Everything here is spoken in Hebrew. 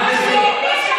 יש לי הצעה,